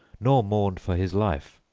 nor mourned for his life.